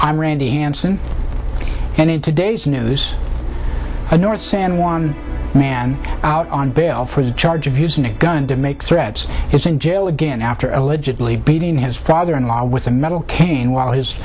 i'm randy hanson and in today's news a north san juan man out on bail for the charge of using a gun to make threats is in jail again after allegedly beating his father in law with a metal cane while his